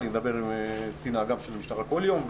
אני מדבר עם קצין האג"מ של המשטרה בכל יום.